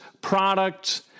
products